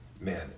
Man